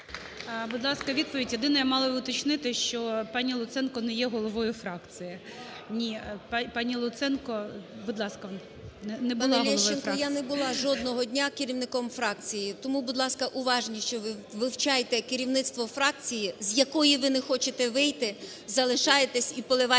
Будь ласка, відповідь. Єдине я мала б уточнити, що пані Луценко не є головою фракції. (Шум у залі) Ні! Пані Луценко, будь ласка... не була головою фракції. 11:57:02 ЛУЦЕНКО І.С. Пане Лещенко, я не була жодного дня керівником фракції. Тому, будь ласка, уважніше вивчайте керівництво фракції, з якої ви не хочете вийти, залишаєтесь і поливаєте